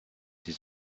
his